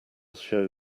show